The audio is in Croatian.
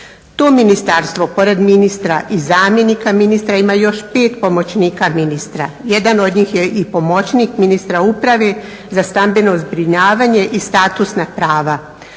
To ministarstvo pored ministra i zamjenika ministra ima još 5 pomoćnika ministra. Jedan od njih je i pomoćnik ministra uprave za stambeno zbrinjavanje i statusna prava.